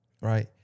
right